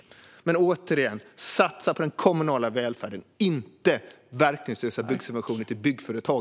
Återigen: Satsa på den kommunala välfärden, inte på verkningslösa byggsubventioner till byggföretag!